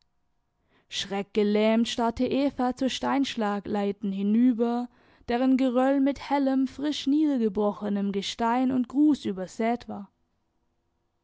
schreckgelähmt starrte eva zur steinschlagleiten hinüber deren geröll mit hellem frisch niedergebrochenem gestein und grus übersät war